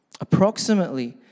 Approximately